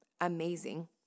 amazing